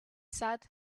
sat